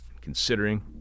Considering